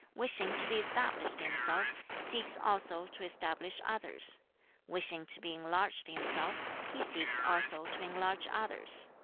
wishing to be established himself, seeks also to establish others wishing to be enlarged himself, he seeks also to enlarge others.